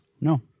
No